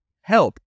help